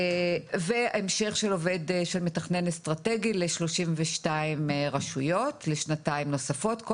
והמשך של מתכנן אסטרטגי לשלושים ושתיים רשויות לשנתיים נוספות,